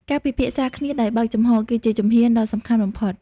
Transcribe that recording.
ការពិភាក្សាគ្នាដោយបើកចំហ គឺជាជំហានដ៏សំខាន់បំផុត។